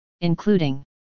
including